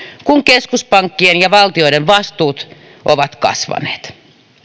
kun keskuspankkien ja valtioiden vastuut ovat kasvaneet